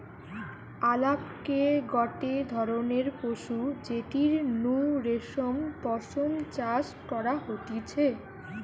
আলাপকে গটে ধরণের পশু যেটির নু রেশম পশম চাষ করা হতিছে